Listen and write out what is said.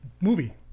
movie